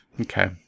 Okay